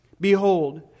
Behold